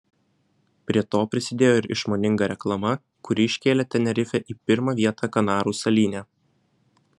prie to prisidėjo ir išmoninga reklama kuri iškėlė tenerifę į pirmą vietą kanarų salyne